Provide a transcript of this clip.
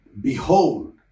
behold